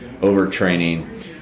overtraining